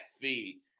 feed